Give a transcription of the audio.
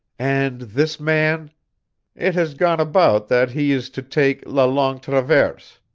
and this man it has gone about that he is to take la longue traverse.